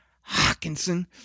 Hawkinson